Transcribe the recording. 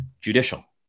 judicial